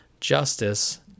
justice